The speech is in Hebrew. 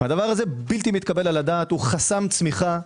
הדבר הזה בלתי מתקבל על הדעת, הוא חסם צמיחה.